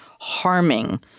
harming